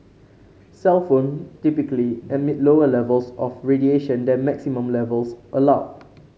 cellphone typically emit lower levels of radiation than maximum levels allowed